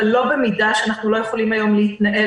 אבל לא במידה שאנחנו לא יכולים היום להתנהל